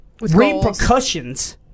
repercussions